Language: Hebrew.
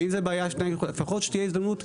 אם זה בעיה לפחות שתהיה הזדמנות,